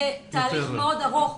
זה תהליך מאוד ארוך.